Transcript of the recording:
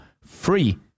free